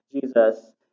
Jesus